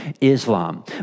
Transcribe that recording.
Islam